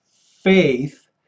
Faith